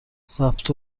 ضبط